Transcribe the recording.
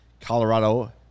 Colorado